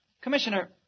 Commissioner